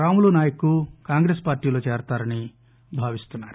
రాములు నాయక్ కాంగ్రెస్ పార్టీలో చేరతారని భావిస్తున్నారు